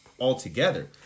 altogether